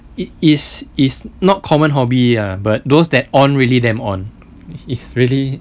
it is is not common hobby ah but those that on really damn on is really